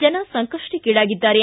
ಜನ ಸಂಕಷ್ಷಕ್ಕಿಡಾಗಿದ್ದಾರೆ